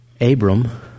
Abram